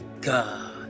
God